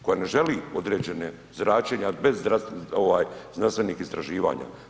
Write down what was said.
Koja ne želi određena zračenja bez znanstvenih istraživanja?